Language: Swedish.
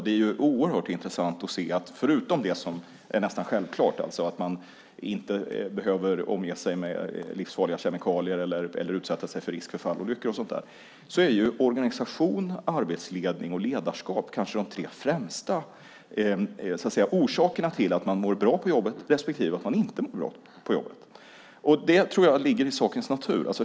Det är oerhört intressant att se att förutom det som nästan är självklart - att man inte behöver omge sig med livsfarliga kemikalier eller utsätta sig för risk för fallolyckor - är organisation, arbetsledning och ledarskap kanske de tre främsta orsakerna till att man mår bra på jobbet respektive att man inte mår bra på jobbet. Det tror jag ligger i sakens natur.